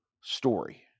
story